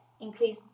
increase